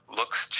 looks